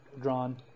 drawn